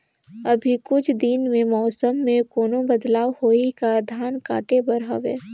अभी कुछ दिन मे मौसम मे कोनो बदलाव होही का? धान काटे बर हवय?